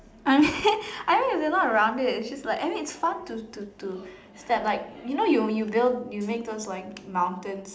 I mean I mean if they're not around it it's just like and then it's fun to to to step like you know you you build you make those like mountains